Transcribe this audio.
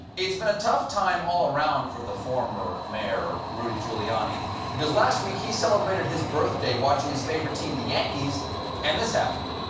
it's been a tough time all around for the former mayor ruddy giuliani because last week he celebrated his birthday watching his favorite team the yankees and this happened.